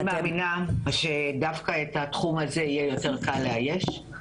אני מאמינה שדווקא את התחום הזה יהיה יותר קל לאייש.